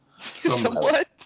Somewhat